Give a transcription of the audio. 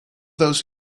those